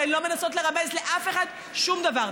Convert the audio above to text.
והן לא מנסות לרמז לאף אחד שום דבר.